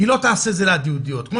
היא לא תעשה את זה ליד יהודיות כמו